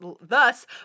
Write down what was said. thus